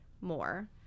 more